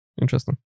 interesting